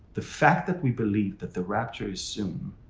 the fact that we believe that the rapture is soon,